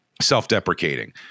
self-deprecating